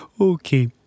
Okay